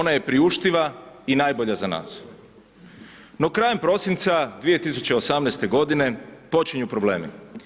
Ona je priuštiva i najbolja za nas.“ No krajem prosinca 2018. godine počinju problemi.